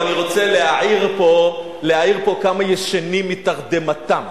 אבל אני רוצה להעיר פה כמה ישנים מתרדמתם,